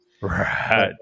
Right